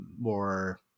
more